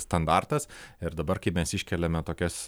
standartas ir dabar kai mes iškeliame tokias